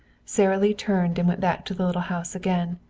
sara lee turned and went back to the little house again.